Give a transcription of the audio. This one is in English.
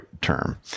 term